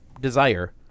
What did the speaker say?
desire